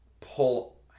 pull